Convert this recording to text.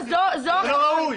זה לא ראוי.